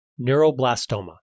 Neuroblastoma